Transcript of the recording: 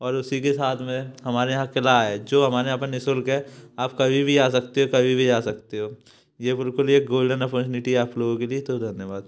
और उसी के साथ में हमारे यहाँ किला है जो हमारे यहाँ पर नि शुल्क है आप कभी भी आ सकते हो कभी भी जा सकते हो ये बिल्कुल एक गोल्डन अपारचुनिटी है आप लोगों के लिए तो धन्यवाद